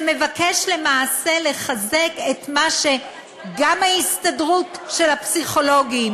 שמבקש למעשה לחזק את מה שגם הסתדרות הפסיכולוגים